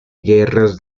guerras